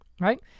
right